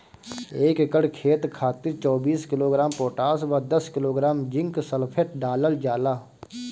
एक एकड़ खेत खातिर चौबीस किलोग्राम पोटाश व दस किलोग्राम जिंक सल्फेट डालल जाला?